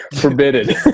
forbidden